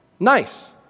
Nice